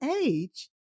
age